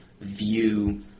view